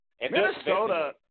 Minnesota